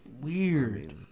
Weird